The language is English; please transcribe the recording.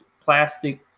plastic